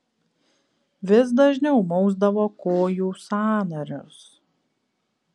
vis dažniau mausdavo kojų sąnarius